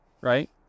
right